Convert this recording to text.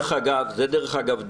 דרך אגב,